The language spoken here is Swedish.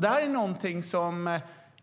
Det här är något som